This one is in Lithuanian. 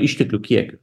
išteklių kiekiu